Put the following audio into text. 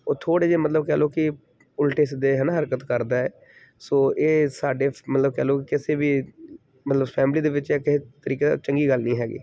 ਉਹ ਥੋੜ੍ਹੇ ਜਿਹੇ ਮਤਲਬ ਕਹਿ ਲਓ ਕਿ ਉਲਟੇ ਸਿੱਧੇ ਹੈ ਨਾ ਹਰਕਤ ਕਰਦਾ ਸੋ ਇਹ ਸਾਡੇ ਮਤਲਬ ਕਹਿ ਲਓ ਕਿ ਅਸੀਂ ਵੀ ਮਤਲਬ ਫੈਮਲੀ ਦੇ ਵਿੱਚ ਕਿਸੇ ਤਰੀਕੇ ਚੰਗੀ ਗੱਲ ਨਹੀਂ ਹੈਗੀ